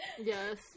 Yes